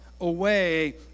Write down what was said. away